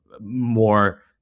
more